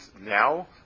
now